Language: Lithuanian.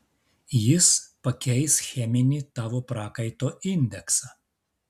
jis pakeis cheminį tavo prakaito indeksą